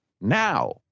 now